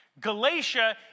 Galatia